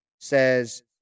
says